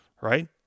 right